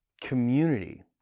community